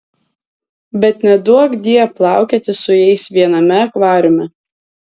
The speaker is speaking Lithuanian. bet neduokdie plaukioti su jais viename akvariume